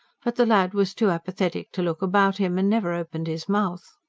but the lad was too apathetic to look about him, and never opened his mouth.